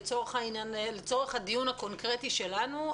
לצורך הדיון הקונקרטי שלנו,